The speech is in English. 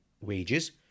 wages